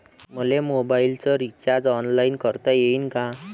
मले मोबाईलच recharge online करता येईन का?